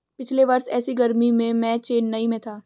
पिछले वर्ष ऐसी गर्मी में मैं चेन्नई में था